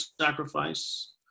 sacrifice